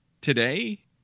today